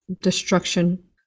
destruction